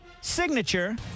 Signature